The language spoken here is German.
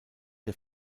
der